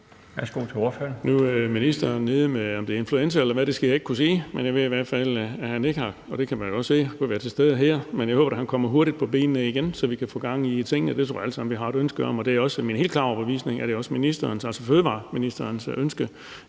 Nu er ministeren nede med noget. Om det er influenza, eller hvad det er, skal jeg ikke kunne sige, men jeg ved i hvert fald, at han ikke har – og det kan man jo også se – kunnet være til stede her. Men jeg håber da, han kommer hurtigt på benene igen, så vi kan få gang i tingene. Det tror jeg vi alle sammen har et ønske om, og det er også min helt klare overbevisning, at det også er ministerens, altså fødevareministerens, ønske,